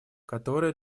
которое